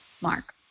Mark